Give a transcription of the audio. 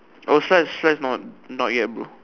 our slides slides not not yet bro